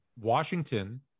Washington